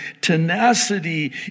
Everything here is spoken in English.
tenacity